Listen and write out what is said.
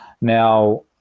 Now